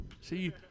See